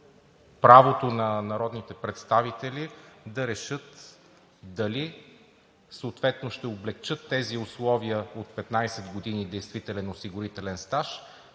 правото на народните представители да решат дали съответно ще облекчат тези условия от 15 години действителен осигурителен стаж,